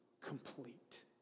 complete